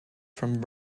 from